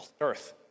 earth